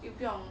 又不用